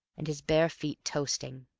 and his bare feet toasting.